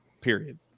period